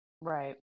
right